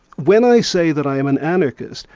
when i say that i am an anarchist,